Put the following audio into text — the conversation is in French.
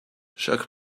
chaque